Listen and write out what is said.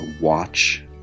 watch